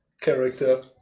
character